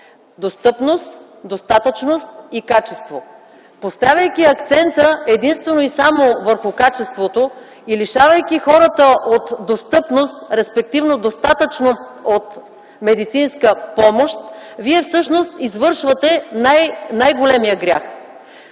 достъпност, достатъчност и качество. Поставяйки акцента единствено и само върху качеството и лишавайки хората от достъпност, респективно достатъчност от медицинска помощ, вие всъщност извършвате най-големия грях,